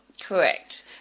Correct